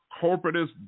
corporatist